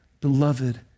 beloved